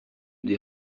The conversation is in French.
des